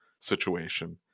situation